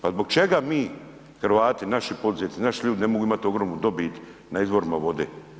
Pa zbog čega mi Hrvati, naši poduzetnici, naši ljudi ne mogu imati ogromnu dobit na izvorima vode?